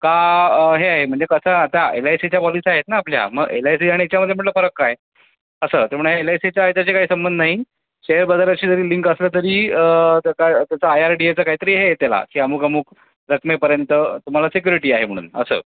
का हे आहे म्हणजे कसं आता एल आय सिच्या पॉलिसी आहेत नं आपल्या मग एल आय सी आणि याच्यामध्ये म्हणलं फरक काय असं तर म्हणे एल आय सीचा ह्याच्याशी काही संबंध नाही शेअर बाजाराशी जरी लिंक असलं तरी त्या काय त्याचं आय आर डी एचं काहीतरी हे आहे त्याला की अमुक अमुक रकमेपर्यंत तुम्हाला सिक्युरिटी आहे म्हणून असं